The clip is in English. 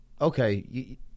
okay